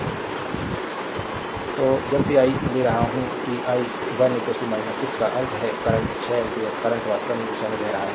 slide time देखें 2032 तो जब भी आई ले रहा हूं कि आई 1 6 का अर्थ है करंट 6 एम्पीयर करंट वास्तव में इस दिशा में बह रहा है